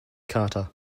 carter